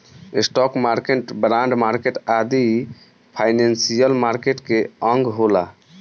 stock market, bond market आदि financial market के अंग होला